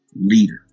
leader